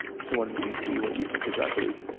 so when we see what you think is ugly,